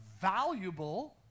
valuable